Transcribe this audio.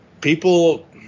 people